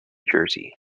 jersey